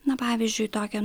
na pavyzdžiui tokią